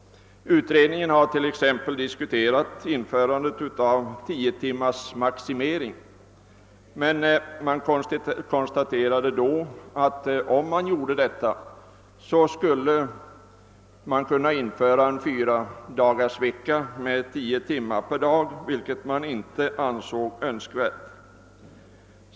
Utredningen har t.ex. diskuterat införandet av 10-timmarsmaximering men konstaterat, att det vid en sådan skulle kunna införas 4-dagarsvecka med 10 timmars arbetstid per dag, något som man inte ansett vara önskvärt.